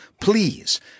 please